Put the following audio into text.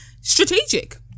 strategic